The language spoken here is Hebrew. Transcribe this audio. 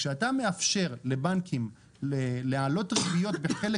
כשאתה מאפשר לבנקים להעלות ריביות בחלק